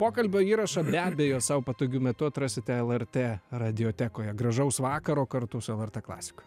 pokalbio įrašą be abejo sau patogiu metu atrasite lrt radiotekoje gražaus vakaro kartu su lrt klasika